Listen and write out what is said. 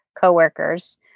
coworkers